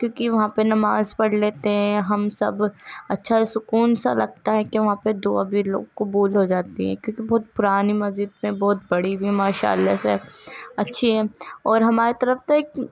کیونکہ وہاں پہ نماز پڑھ لیتے ہیں ہم سب اچھا سکون سا لگتا ہے کہ وہاں پہ دعا بھی لوگ قبول ہو جاتی ہیں کیونکہ بہت پرانی مسجد پہ بہت بڑی بھی ماشا اللہ سے اچھی ہیں اور ہماری طرف تو ایک